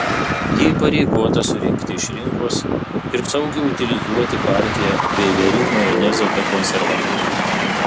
ji įpareigota surinkti iš rinkos ir saugiai utilizuoti partiją veiverių majonezo be konservantų